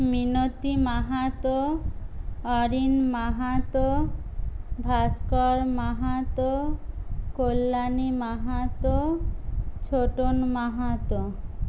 Minati Mahato Arin Mahato Bhaskar Mahato Kalyani Mahato Chhotan Mahato